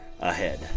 ahead